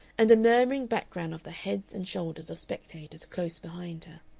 and a murmuring background of the heads and shoulders of spectators close behind her.